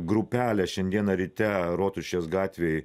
grupelę šiandieną ryte rotušės gatvėj